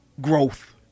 growth